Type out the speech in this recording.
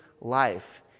life